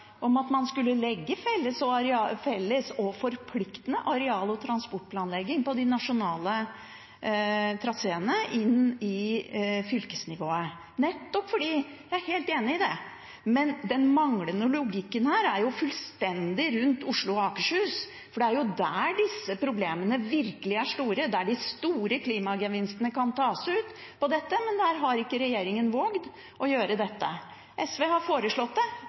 om at man skulle legge felles og forpliktende areal- og transportplanlegging for de nasjonale traseene inn på fylkesnivået. Jeg er helt enig i det, men logikken mangler fullstendig når det gjelder Oslo og Akershus. Det er der disse problemene virkelig er store, det er der de store klimagevinstene ved dette kan tas ut – men der har regjeringen ikke vågd å gjøre dette. SV har foreslått det,